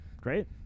Great